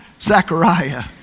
Zachariah